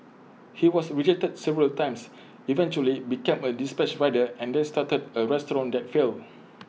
he was rejected several times eventually became A dispatch rider and then started A restaurant that failed